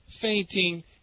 fainting